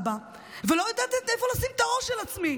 בה ולא יודעת איפה לשים את הראש של עצמי.